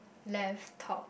left top